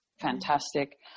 fantastic